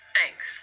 Thanks